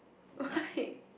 why